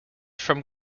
from